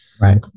Right